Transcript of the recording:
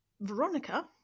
Veronica